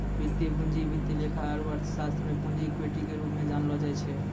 वित्तीय पूंजी वित्त लेखा आरू अर्थशास्त्र मे पूंजी इक्विटी के रूप मे जानलो जाय छै